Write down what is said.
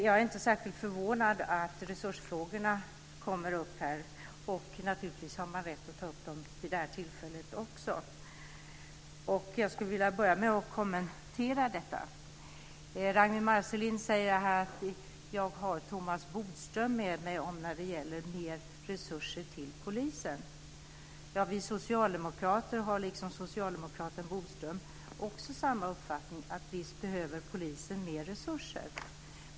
Jag är inte särskilt förvånad över att resursfrågorna kommer upp. Naturligtvis har man rätt att ta upp dem också vid detta tillfälle. Jag skulle vilja börja med att kommentera detta. Ragnwi Marcelind säger så här: Jag har Thomas Bodström med mig när det gäller mer resurser till polisen. Vi socialdemokrater har också samma uppfattning som socialdemokraten Bodström. Visst behöver polisen mer resurser.